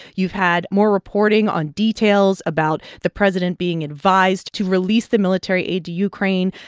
you've had more reporting on details about the president being advised to release the military aid to ukraine.